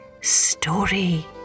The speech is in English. Story